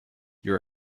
your